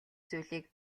зүйлийг